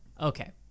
okay